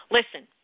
Listen